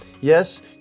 Yes